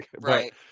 right